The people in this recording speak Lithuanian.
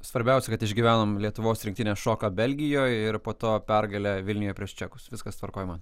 svarbiausia kad išgyvenom lietuvos rinktinės šoką belgijoj ir po to pergalę vilniuje prieš čekus viskas tvarkoj man